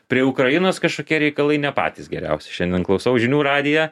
prie ukrainos kažkokie reikalai ne patys geriausi šiandien klausau žinių radiją